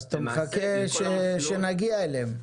אז אתה מחכה שנגיע אליהם?